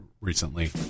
recently